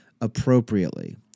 appropriately